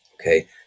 Okay